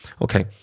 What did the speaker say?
Okay